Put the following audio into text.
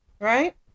Right